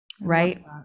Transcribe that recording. right